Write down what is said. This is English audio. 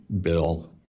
bill